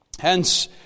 Hence